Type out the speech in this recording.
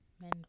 Men